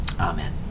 Amen